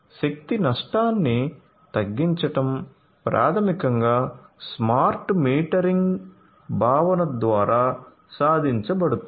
శక్తి నష్టాన్ని తగ్గించడం ప్రాథమికంగా స్మార్ట్ మీటరింగ్ భావన ద్వారా సాధించబడుతుంది